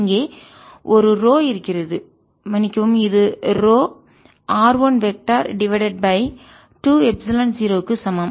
இங்கே ஒரு ரோ இருக்கிறது மன்னிக்கவும் இது row r1 vector divided by 2 epsilon 0 க்கு சமம்